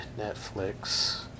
Netflix